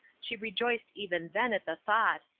she rejoiced even then at the thought,